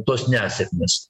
tos nesėkmės